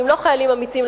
ואם לא חיילים אמיצים,